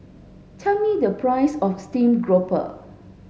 tell me the price of steamed grouper